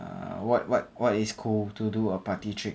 uh what what is cool to do a party trick